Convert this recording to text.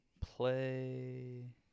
Play